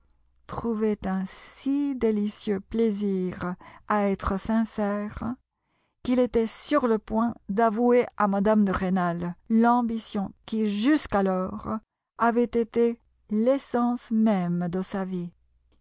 trouvait un si délicieux plaisir à être sincère qu'il était sur le point d'avouer à mme de rênal l'ambition qui jusqu'alors avait été l'essence même de sa vie